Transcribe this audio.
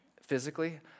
physically